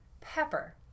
Pepper